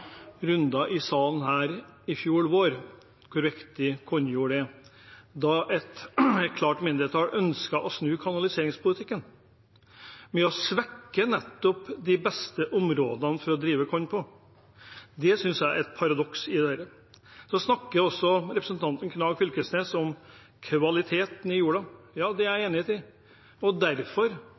rundene i salen her i fjor vår om hvor viktig kornjord er, var det et klart mindretall som ønsket å snu kanaliseringspolitikken ved å svekke nettopp de beste områdene å drive korn på. Det synes jeg er et paradoks. Representanten Knag Fylkesnes snakket om kvaliteten på jorda. Det er jeg enig i. Derfor